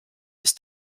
ist